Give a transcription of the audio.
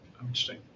interesting